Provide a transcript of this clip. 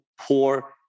poor